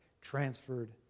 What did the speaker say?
transferred